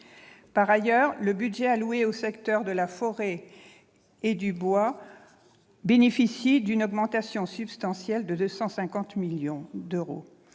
Par ailleurs, le budget alloué au secteur de la forêt et du bois bénéficie d'une augmentation substantielle de 250 millions d'euros.